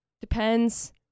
depends